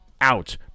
Out